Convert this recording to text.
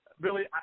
Billy